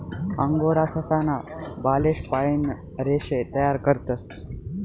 angora ससा ना बालेस पाइन रेशे तयार करतस